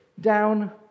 Down